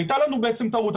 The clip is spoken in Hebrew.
הייתה לנו בעצם טעות,